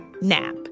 nap